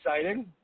exciting